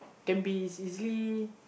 can be easily